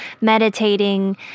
meditating